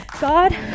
god